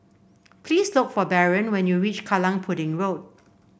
please look for Barron when you reach Kallang Pudding Road